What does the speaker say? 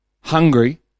hungry